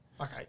Okay